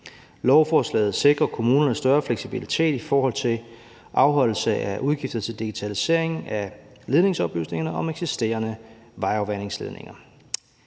Lovforslaget sikrer kommunerne større fleksibilitet i forhold til afholdelse af udgifter til digitaliseringen af ledningsoplysningerne om eksisterende vejafvandingsledninger.